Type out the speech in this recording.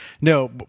No